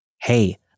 Hey